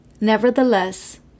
Nevertheless